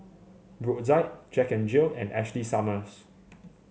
Brotzeit Jack N Jill and Ashley Summers